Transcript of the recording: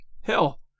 Hell